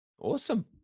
Awesome